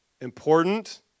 important